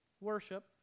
worship